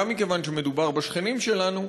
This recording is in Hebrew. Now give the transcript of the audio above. גם מכיוון שמדובר בשכנים שלנו,